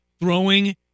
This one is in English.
throwing